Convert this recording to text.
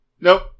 Nope